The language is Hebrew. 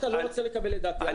אתה לא רוצה לקבל את דעתי, תגיד.